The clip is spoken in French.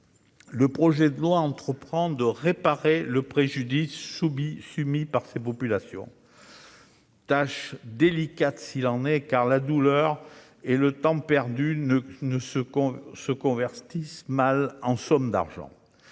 ensuite, d'entreprendre la réparation du préjudice subi par ces populations, tâche délicate s'il en est, car la douleur et le temps perdu se convertissent mal en sommes d'argent.